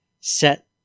set